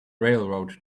railroad